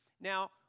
Now